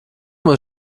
man